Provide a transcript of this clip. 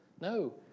No